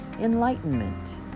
enlightenment